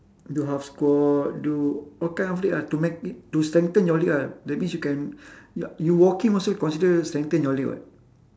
do half squat do all kind of leg ah to make it to strengthen your leg ah that means you can ya you walking also consider strengthen your leg [what]